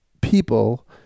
people